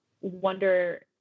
wonder